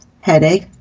headache